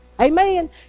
Amen